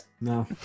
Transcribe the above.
no